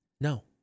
no